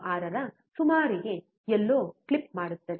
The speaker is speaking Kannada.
6 ರ ಸುಮಾರಿಗೆ ಎಲ್ಲೋ ಕ್ಲಿಪ್ ಮಾಡುತ್ತದೆ